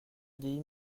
udi